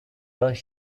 bus